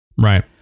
Right